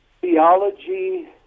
Theology